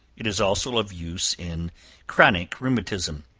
it is also of use in chronic rheumatism,